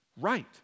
right